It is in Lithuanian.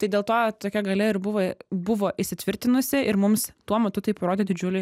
tai dėl to tokia galia ir buvo buvo įsitvirtinusi ir mums tuo metu tai parodė didžiulį